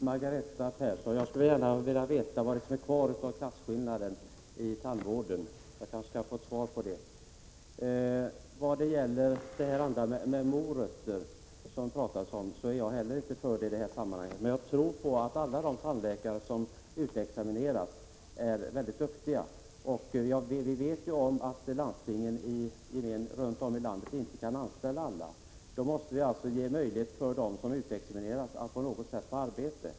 Herr talman! Jag skulle gärna vilja veta vad som finns kvar av klasskillnader i tandvården, Margareta Persson. Jag kanske kan få ett svar på det. Jag är inte heller för s.k. morötter i det här sammanhanget. Man jag tror på att alla de tandläkare som utexamineras är väldigt duktiga. Vi vet att landstingen runt om i landet inte kan anställa alla. Då måste vi ge möjlighet för dem som utexamineras att på något sätt få arbete.